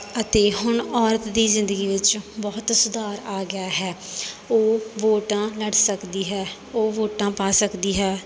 ਅਤੇ ਹੁਣ ਔਰਤ ਦੀ ਜ਼ਿੰਦਗੀ ਵਿੱਚ ਬਹੁਤ ਸੁਧਾਰ ਆ ਗਿਆ ਹੈ ਉਹ ਵੋਟਾਂ ਲੜ ਸਕਦੀ ਹੈ ਉਹ ਵੋਟਾਂ ਪਾ ਸਕਦੀ ਹੈ